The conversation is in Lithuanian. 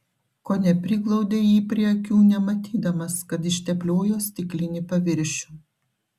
kone priglaudė jį prie akių nematydamas kad ištepliojo stiklinį paviršių